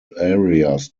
areas